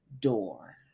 door